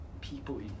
people